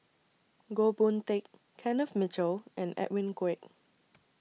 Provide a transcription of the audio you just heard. Goh Boon Teck Kenneth Mitchell and Edwin Koek